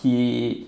he